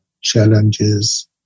challenges